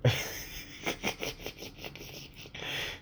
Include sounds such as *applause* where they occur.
*laughs*